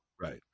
right